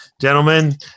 Gentlemen